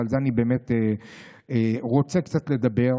ועל זה אני באמת רוצה קצת לדבר,